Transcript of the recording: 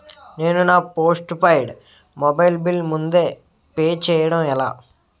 నేను నా postpaid mobile bill ముందే పే చేయడం ఎలా?